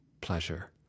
pleasure